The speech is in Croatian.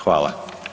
Hvala.